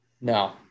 no